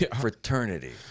Fraternity